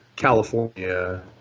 California